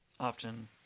often